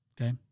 Okay